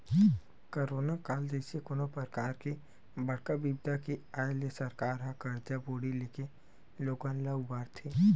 corona काल जइसे कोनो परकार के बड़का बिपदा के आय ले सरकार ह करजा बोड़ी लेके लोगन ल उबारथे